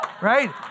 Right